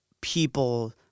people